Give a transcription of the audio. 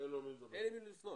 אין לו עם מי לדבר.